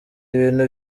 ibintu